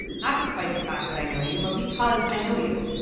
not despite the fact that i know you, but because i know you.